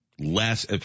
Less